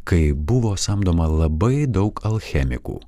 kai buvo samdoma labai daug alchemikų